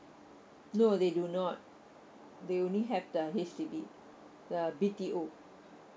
no they do not they only have the H_D_B the B_T_O